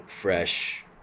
fresh